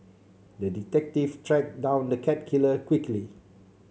the detective tracked down the cat killer quickly